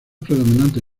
predominantes